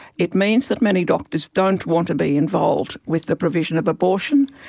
it means that many doctors don't want to be involved with the provision of abortion,